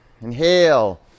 Inhale